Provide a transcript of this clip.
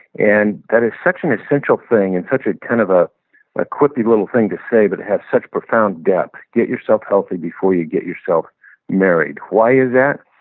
and that is such an essential thing and such ah kind of a like quippy little thing to say that have such profound depth. get yourself healthy before you get yourself married. why is that?